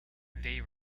they